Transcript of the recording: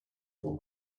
full